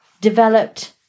Developed